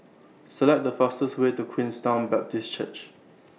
Select The fastest Way to Queenstown Baptist Church